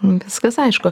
nu viskas aišku